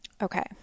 Okay